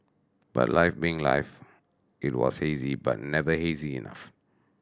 but life being life it was hazy but never hazy enough